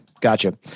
Gotcha